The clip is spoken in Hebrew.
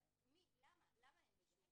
למה אין אישור?